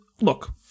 look